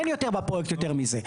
אין יותר בפרויקט יותר מזה,